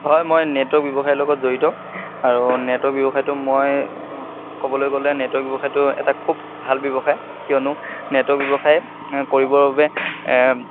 হয় মই নেটৱৰ্ক ব্যৱসায়ৰ লগত জড়িত আৰু নেটৱৰ্ক ব্যৱসায়টো মই ক'বলৈ গ'লে নেটৱৰ্ক ব্যৱসায়টো এটা খুব ভাল ব্যৱসায় কিয়নো নেটৱৰ্ক ব্যৱসায় কৰিবৰ বাবে